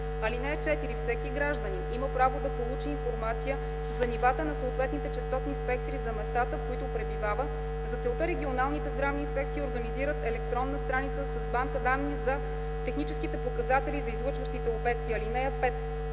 (4) Всеки гражданин има право да получи информация за нивата на съответните честотни спектри за местата, в които пребивава. За целта Регионалните здравни инспекции организират електронна страница с банка данни за технически показатели за излъчващите обекти. (5)